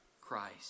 Christ